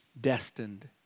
destined